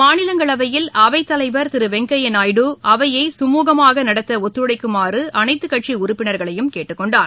மாநிலங்களவையில் அவைத்தலைவர் திரு வெங்கையா நாயுடு அவையை சுமூகமாக நடத்த ஒத்துழைக்குமாறு அனைத்து கட்சி உறுப்பினர்களையும் கேட்டுக்கொண்டார்